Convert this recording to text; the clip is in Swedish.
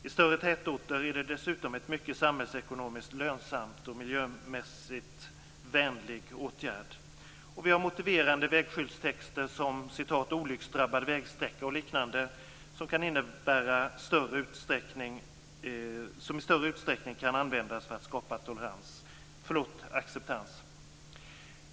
I större tätorter är det dessutom en mycket samhällsekonomiskt lönsam och miljövänlig åtgärd. Motiverande vägskyltstexter som "Olycksdrabbad vägsträcka" och liknande kan i större utsträckning användas för att skapa acceptans.